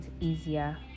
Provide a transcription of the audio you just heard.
easier